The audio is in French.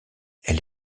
elle